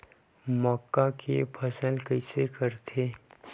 मक्का के फसल कइसे करथे?